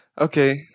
okay